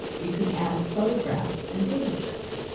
you can add photographs and images.